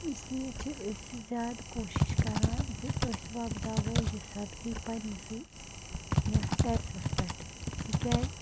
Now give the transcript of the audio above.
اس لیے چھِ أسۍ زیادٕ کوٗشِش کران زِ أسۍ وۄپداوَو یہِ سبزی پَنٛنِسٕے یَتھ ٹٮ۪رِسَس پٮ۪ٹھ تِکیٛازِ